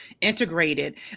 integrated